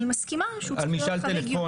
מה פתאום.